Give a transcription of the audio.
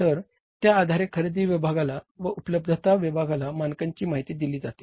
तर त्या आधारे खरेदी विभागाला व उपलब्धता विभागाला मानकांची माहिती दिली जाते